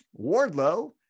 Wardlow